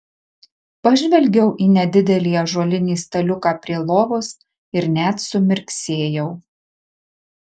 pažvelgiau į nedidelį ąžuolinį staliuką prie lovos ir net sumirksėjau